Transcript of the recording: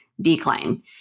decline